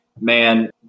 man